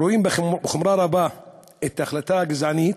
רואה בחומרה רבה את ההחלטה הגזענית,